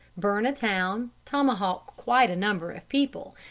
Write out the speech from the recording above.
burn a town, tomahawk quite a number of people,